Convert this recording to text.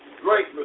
great